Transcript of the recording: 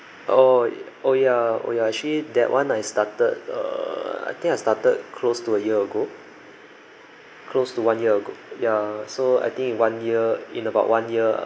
oh oh ya oh ya actually that one I started err I think I started close to a year ago close to one year ago ya so I think one year in about one year